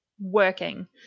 working